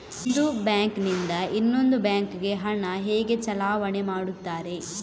ಒಂದು ಬ್ಯಾಂಕ್ ನಿಂದ ಇನ್ನೊಂದು ಬ್ಯಾಂಕ್ ಗೆ ಹಣ ಹೇಗೆ ಚಲಾವಣೆ ಮಾಡುತ್ತಾರೆ?